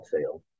sales